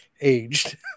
aged